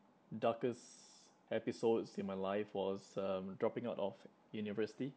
darkest episodes in my life was um dropping out of university